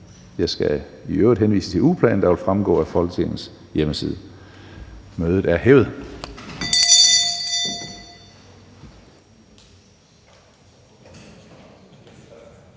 Jeg skal øvrigt henvise til ugeplanen, der vil fremgå af Folketingets hjemmeside. Mødet er hævet.